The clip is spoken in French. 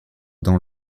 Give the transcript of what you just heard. dans